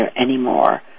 anymore